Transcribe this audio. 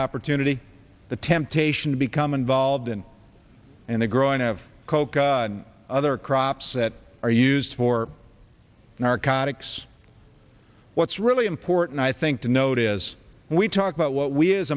opportunity the temptation to become involved in and the growing of coca other crops that are used for narcotics what's really important i think to note is when we talk about what we as